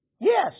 Yes